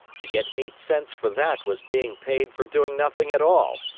to get eight cents for that was being paid for doing nothing at all,